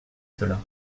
cela